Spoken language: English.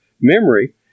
memory